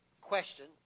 question